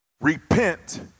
Repent